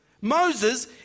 Moses